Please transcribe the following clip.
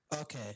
Okay